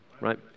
right